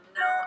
no